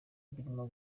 birimo